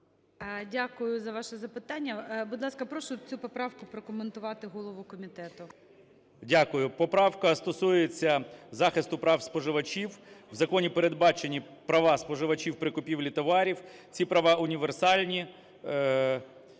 Дякую за ваше запитання. Будь ласка, прошу цю поправку прокоментувати голову комітету. 12:57:18 КНЯЖИЦЬКИЙ М.Л. Дякую. Поправка стосується захисту прав споживачів. В законі передбачені права споживачів при купівлі товарів. Ці права універсальні,